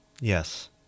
Yes